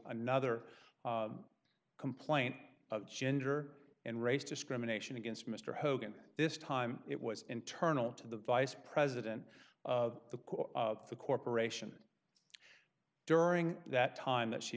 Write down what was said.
another complaint of gender and race discrimination against mr hogan at this time it was internal to the vice president of the corporation during that time that she